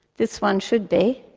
this one should be.